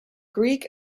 greek